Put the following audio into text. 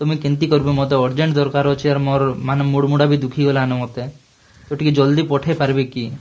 ତ ମୁଇଁ କେନ୍ତି କରିବି ମୋତେ ଅର୍ଜେଣ୍ଟ ଦରକାର ଅଛି ଆର ମୋର ମାନେ ମୋର ମୁଡ଼ ମୁଡ଼ା ବି ଦୁଃଖୀ ଗଲାନେ ମୋତେ ତ ଟିକେ ଜଲଦି ପଠାଇପାରବେ କି